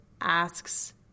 asks